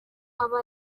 aba